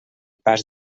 pas